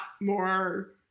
more